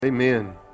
Amen